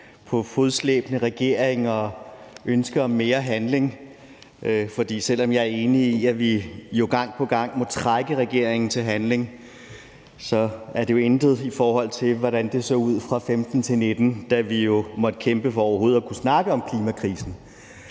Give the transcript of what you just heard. om fodslæbende regeringer og ønsket om mere handling. Selv om jeg er enig i, at vi gang på gang må trække regeringen til handling, er det jo intet, i forhold til hvordan det så ud fra 2015 til 2019, hvor vi måtte kæmpe for overhovedet at kunne snakke om klimakrisen.